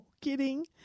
kidding